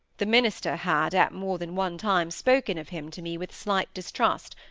the minister had at more than one time spoken of him to me with slight distrust,